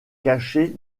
cachée